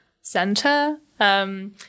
center